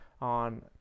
on